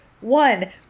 One